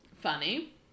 Funny